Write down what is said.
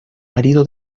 marido